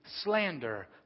slander